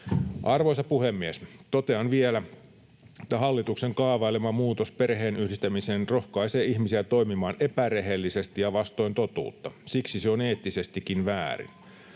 Arvoisa puhemies! Totean vielä, että hallituksen kaavailema muutos perheenyhdistämiseen rohkaisee ihmisiä toimimaan epärehellisesti ja vastoin totuutta. Siksi se on eettisestikin väärin.